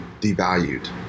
devalued